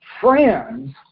friends